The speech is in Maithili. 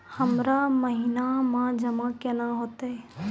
हमरा महिना मे जमा केना हेतै?